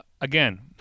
again